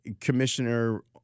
commissioner